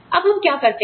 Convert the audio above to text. अब हम क्या करते हैं